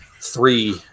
three